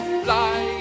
fly